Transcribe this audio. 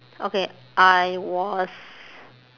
okay I was